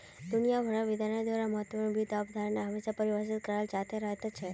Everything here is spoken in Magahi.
दुनिया भरेर विद्वानेर द्वारा महत्वपूर्ण वित्त अवधारणाएं हमेशा परिभाषित कराल जाते रहल छे